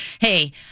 hey